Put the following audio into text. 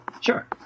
Sure